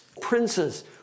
Princes